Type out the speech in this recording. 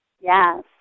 Yes